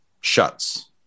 shuts